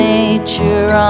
Nature